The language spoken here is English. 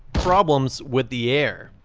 problems with the air.